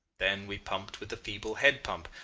then we pumped with the feeble head-pump,